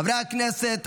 חברי הכנסת,